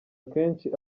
akenshi